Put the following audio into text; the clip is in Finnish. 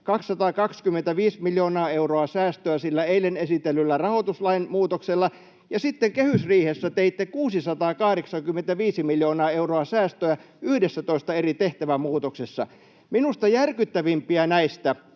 225 miljoonaa euroa säästöä sillä eilen esitellyllä rahoituslain muutoksella, ja sitten kehysriihessä teitte 685 miljoonaa euroa säästöä 11:ssä eri tehtävämuutoksessa. Minusta järkyttävimpiä näistä,